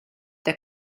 der